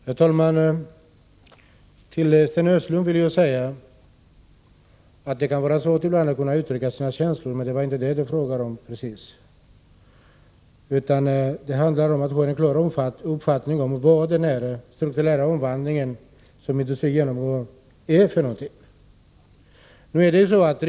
Herr talman! Till Sten Östlund vill jag säga att det ibland kan vara svårt att Ny organisation för uttrycka sina känslor. Men det var inte detta det var fråga om. Det handlar AMU om vår klara uppfattning om vad den strukturella omvandling som industrin genomgår egentligen innebär.